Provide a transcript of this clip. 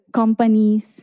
companies